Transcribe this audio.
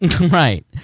right